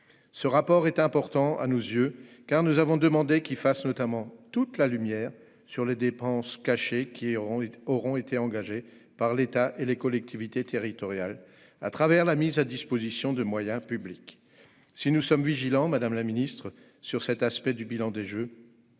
Ce rapport est important : nous avons demandé qu'il fasse notamment toute la lumière sur les dépenses cachées qui auront été engagées par l'État et les collectivités territoriales au travers de la mise à disposition de moyens publics. Si nous sommes vigilants sur cet aspect du bilan des Jeux,